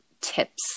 tips